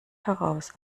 heraus